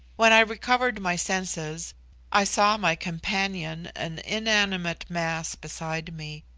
when i recovered my senses i saw my companion an inanimate mass beside me,